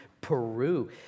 Peru